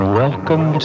welcome